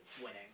winning